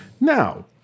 Now